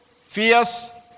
fierce